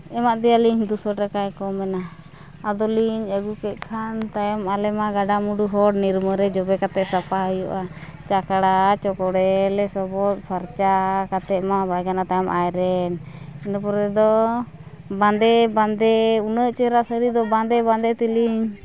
ᱮᱢᱟᱫᱮᱭᱟᱞᱤᱧ ᱫᱩ ᱥᱚ ᱴᱟᱠᱟᱭ ᱠᱚᱢᱮᱱᱟ ᱟᱫᱚ ᱞᱤᱧ ᱟᱹᱜᱩ ᱠᱮᱫ ᱠᱷᱟᱱ ᱛᱟᱭᱚᱢ ᱟᱞᱮᱢᱟ ᱜᱟᱰᱟ ᱢᱩᱸᱰᱩ ᱦᱚᱲ ᱱᱤᱨᱢᱟᱹ ᱨᱮ ᱡᱚᱵᱮ ᱠᱟᱛᱮ ᱥᱟᱯᱷᱟ ᱦᱩᱭᱩᱜᱼᱟ ᱪᱟᱠᱲᱟ ᱪᱚᱠᱲᱮ ᱞᱮ ᱥᱚᱵᱚᱫ ᱯᱷᱟᱨᱪᱟ ᱠᱟᱛᱮ ᱢᱟ ᱵᱟᱭ ᱜᱟᱱᱚᱜᱼᱟ ᱛᱟᱢ ᱟᱭᱨᱮᱱ ᱤᱱᱟᱹ ᱯᱚᱨᱮ ᱫᱚ ᱵᱟᱸᱫᱮ ᱵᱟᱸᱫᱮ ᱩᱱᱟᱹᱜ ᱪᱮᱦᱨᱟ ᱥᱟᱹᱲᱤ ᱫᱚ ᱵᱟᱸᱫᱮ ᱵᱟᱸᱫᱮ ᱛᱮᱞᱤᱧ